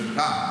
שעדכנתי אותך.